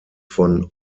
von